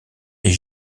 est